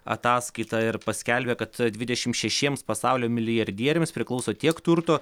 ataskaitą ir paskelbė kad dvidešim šešiems pasaulio milijardieriams priklauso tiek turto